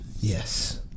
yes